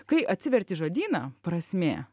kai atsiverti žodyną prasmė